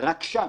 רק שם,